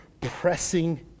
pressing